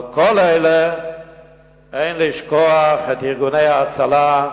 על כל אלה אין לשכוח את ארגוני ההצלה,